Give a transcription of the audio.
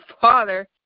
Father